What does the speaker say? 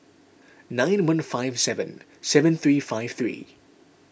nine one five seven seven three five three